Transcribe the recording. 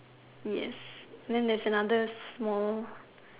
yes then there's another small